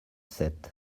sept